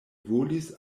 volis